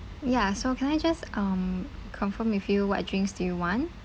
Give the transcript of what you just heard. ya so can I just um confirm with you what drinks do you want